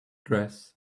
dress